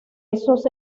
estos